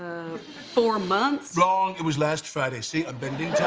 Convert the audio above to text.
four months long. it was last friday. see a building